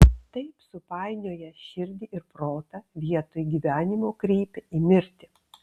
tai supainioja širdį ir protą vietoj gyvenimo kreipia į mirtį